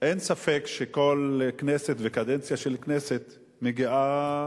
אין ספק שכל כנסת וקדנציה של כנסת מגיעה